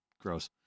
gross